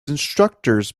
instructors